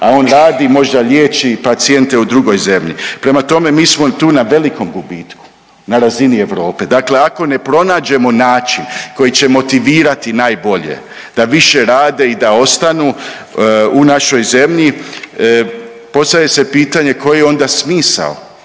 a on radi možda liječi pacijente u drugoj zemlji. Prema tome mi smo tu na velikom gubitku na razini Europe, dakle ako ne pronađemo način koji će motivirati najbolje da više rade i da ostanu u našoj zemlji postavlja se pitanje koji je onda smisao